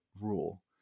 rule